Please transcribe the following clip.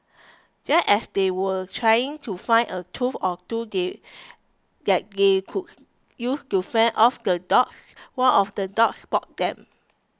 just as they were trying to find a tool or two that they could use to fend off the dogs one of the dogs spotted them